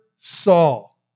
Saul